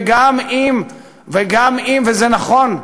וגם אם, וגם אם, וזה נכון,